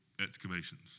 excavations